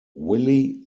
willie